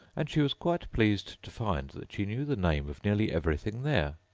and she was quite pleased to find that she knew the name of nearly everything there.